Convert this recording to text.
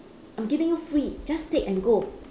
I'm giving you free just take and go